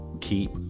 keep